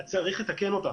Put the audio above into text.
צריך לתקן אותם,